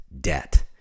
debt